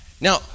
Now